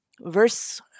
verse